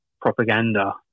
propaganda